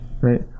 right